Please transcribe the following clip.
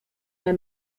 nie